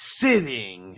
sitting